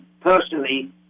personally